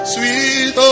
Sweet